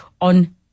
on